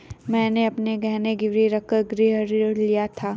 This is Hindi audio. मैंने अपने गहने गिरवी रखकर गृह ऋण लिया था